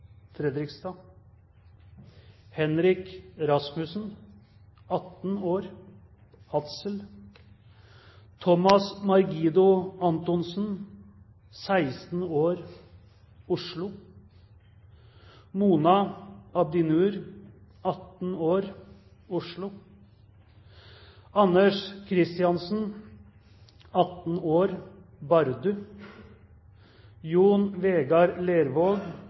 Fredrikstad Henrik Rasmussen, 18 år, Hadsel Thomas Margido Antonsen, 16 år, Oslo Mona Abdinur, 18 år, Oslo Anders Kristiansen, 18 år, Bardu Jon Vegard Lervåg,